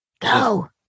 Go